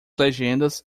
legendas